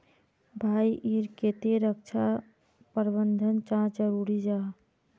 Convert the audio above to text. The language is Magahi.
भाई ईर केते रक्षा प्रबंधन चाँ जरूरी जाहा?